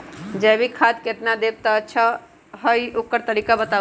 जैविक खाद केतना देब त अच्छा होइ ओकर तरीका बताई?